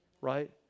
right